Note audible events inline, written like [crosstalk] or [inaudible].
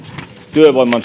työvoiman [unintelligible]